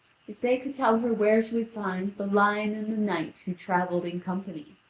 if they could tell her where she would find the lion and the knight who travelled in company.